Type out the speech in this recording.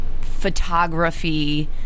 photography